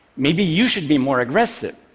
maybe you should be more aggressive,